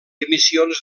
emissions